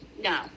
No